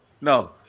no